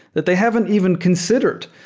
that they haven't even considered,